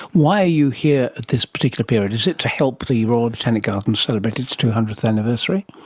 why are you here at this particular period? is it to help the royal botanic gardens celebrate its two hundredth anniversary?